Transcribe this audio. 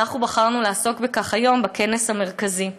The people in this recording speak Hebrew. ואנחנו בחרנו לעסוק בכך היום בכנס המרכזי.